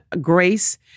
grace